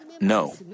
No